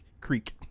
Creek